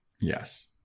Yes